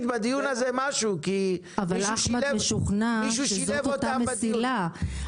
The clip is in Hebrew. בדיון הזה משהו כי מישהו שילב אותם בדיון.